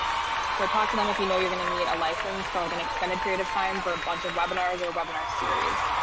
so talk to them. if you know, you're going to need a license for like an extended period of time for a bunch of webinars or webinar series.